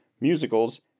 musicals